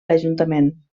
l’ajuntament